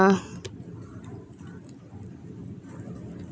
ah